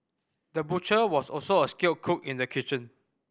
the butcher was also a skilled cook in the kitchen